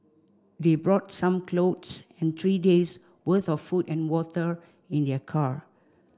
they brought some clothes and three days' worth of food and water in their car